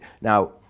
Now